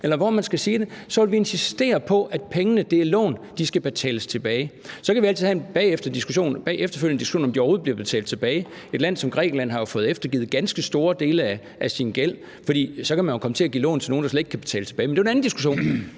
eller hvor man skal sige at det er fra – at pengene er lån, og at de skal betales tilbage. Så kan vi altid bagefter have en diskussion om, om de overhovedet bliver betalt tilbage. Et land som Grækenland har jo fået eftergivet ganske store dele af sin gæld, og så kan man jo komme til at give lån til nogle, der slet ikke kan betale tilbage. Men det er jo en anden diskussion.